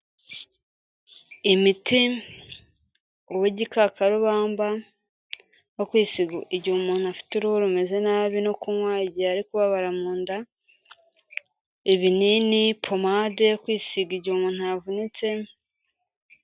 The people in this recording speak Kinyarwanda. Imiti w'igikakarubamba wo kwisiga igihe umuntu afite uruhu rumeze nabi, no kunywa igihe kubabara mu nda, ibinini, pomade yo kwisiga igihe umuntu yavunitse.